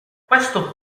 questo